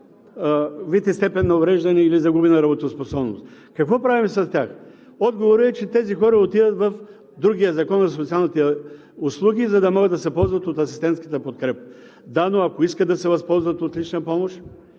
и степен на увреждане или загубена работоспособност, какво правим с тях? Отговорът е, че тези хора отиват в другия Закон за социалните услуги, за да могат да се ползват от асистентската подкрепа. Да, но ако искат да се възползват от лична помощ?